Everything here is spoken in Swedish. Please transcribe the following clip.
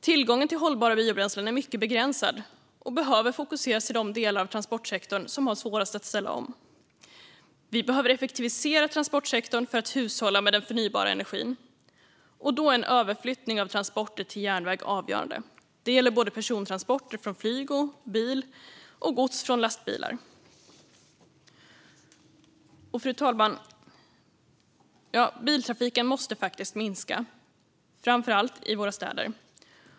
Tillgången till hållbara biobränslen är mycket begränsad och behöver fokuseras till de delar av transportsektorn som har svårast att ställa om. Vi behöver effektivisera transportsektorn för att hushålla med den förnybara energin. Då är en överflyttning av transporter till järnväg avgörande. Det gäller både persontransporter från flyg och bil och gods från lastbilar. Fru talman! Biltrafiken måste faktiskt minska, framför allt i våra städer.